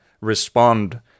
respond